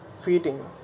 feeding